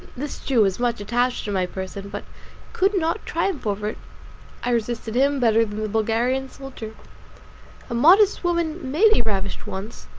this jew was much attached to my person, but could not triumph over it i resisted him better than the bulgarian soldier. a modest woman may be ravished once,